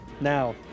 Now